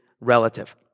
relative